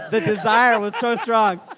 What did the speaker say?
the desire was so strong.